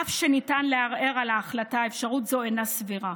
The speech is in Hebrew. אף שניתן לערער על ההחלטה, אפשרות זו אינה סבירה,